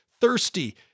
thirsty